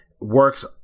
works